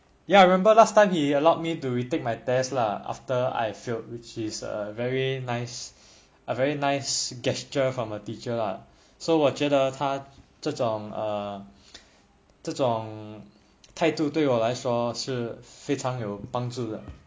ya I remember last time he allowed me to retake my test lah after I failed which is a very nice a very nice gesture from a teacher lah so 我觉得他这种 err 这种态度对我来说是非常有帮助的